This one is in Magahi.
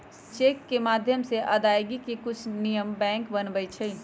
चेक के माध्यम से अदायगी के कुछ नियम बैंक बनबई छई